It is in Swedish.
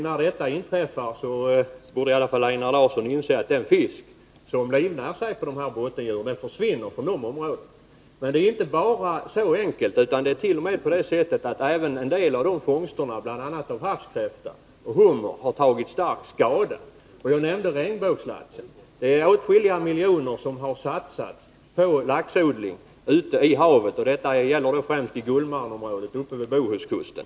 När detta inträffar borde Einar Larsson inse att den fisk som livnär sig på dessa bottendjur försvinner från berörda områden. Men det är inte enbart så enkelt, utan även en del av fångsterna av bl.a. havskräfta och hummer har tagit stor skada. Jag nämnde regnbågslaxen. Åtskilliga miljoner har satsats på laxodling ute i havet. Detta gäller bl.a. i stora områden vid Bohuskusten.